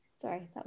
Sorry